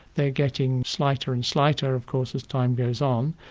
they're getting slighter and slighter of course as time goes on,